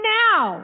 now